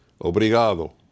Obrigado